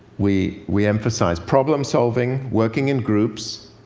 we we emphasize problem-solving, working in groups,